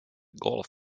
golf